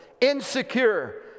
insecure